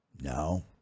no